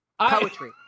poetry